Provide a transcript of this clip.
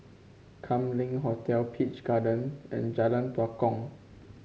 Kam Leng Hotel Peach Garden and Jalan Tua Kong